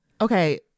Okay